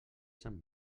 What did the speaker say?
sant